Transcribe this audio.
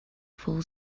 full